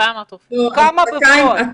כמה בפועל?